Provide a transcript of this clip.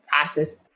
process